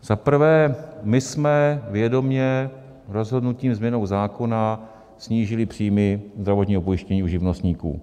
Za prvé, my jsme vědomě rozhodnutím, změnou zákona snížili příjmy zdravotního pojištění u živnostníků.